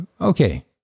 okay